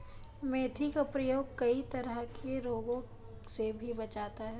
मेथी का प्रयोग कई तरह के रोगों से भी बचाता है